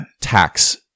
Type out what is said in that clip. tax